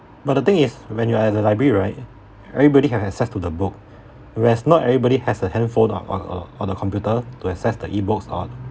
but the thing is when you're at the library right everybody have access to the book whereas not everybody has a handphone on on on on a computer to access the e-books or